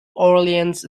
orleans